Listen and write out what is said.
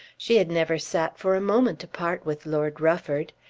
she had never sat for a moment apart with lord rufford.